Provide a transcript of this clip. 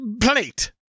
plate